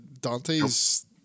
Dante's